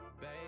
Baby